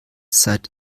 seit